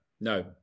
no